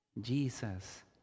Jesus